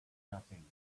nothing